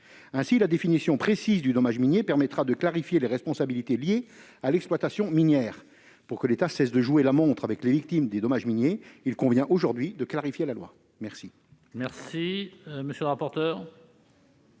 Aussi, une définition précise du dommage minier permettra de clarifier les responsabilités liées à l'exploitation minière. Pour que l'État cesse de jouer la montre avec les victimes de préjudices miniers, il convient aujourd'hui de clarifier la loi. Quel est l'avis de la